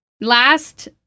Last